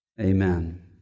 Amen